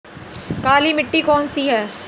काली मिट्टी कौन सी है?